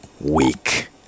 week